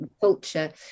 culture